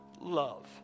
love